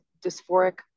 Dysphoric